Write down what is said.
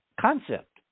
concept